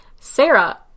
Sarah